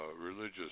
religious